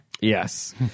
Yes